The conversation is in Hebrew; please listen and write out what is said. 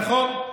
נכון.